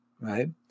right